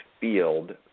field